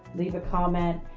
leave a comment,